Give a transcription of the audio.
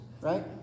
right